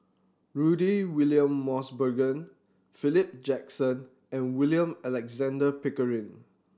Rudy William Mosbergen Philip Jackson and William Alexander Pickering